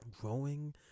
growing